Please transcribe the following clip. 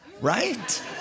Right